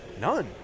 None